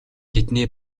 тэдний